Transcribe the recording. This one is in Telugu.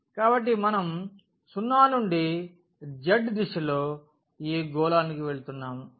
కాబట్టి మనం 0 నుండి z దిశలో ఆ గోళానికి వెళ్తున్నాము